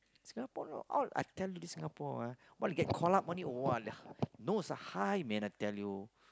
Singaporean all I tell you this Singapore ah want to get call up only !wah! nose are high man I tell you